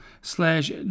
slash